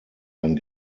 ein